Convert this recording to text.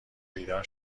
بیدار